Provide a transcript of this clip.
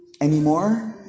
anymore